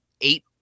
eight